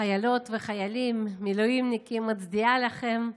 חיילות וחיילים מילואימניקים, מצדיעה לכם.